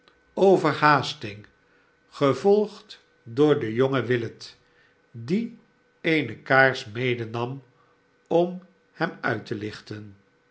overhaasting gevolgd door den jongen willet die eene kaars medenam r om hem uit te lichten